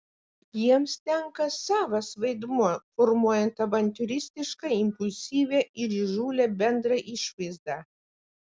jiems tenka savas vaidmuo formuojant avantiūristišką impulsyvią ir įžūlią bendrą išvaizdą